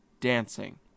dancing